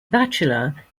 bachelor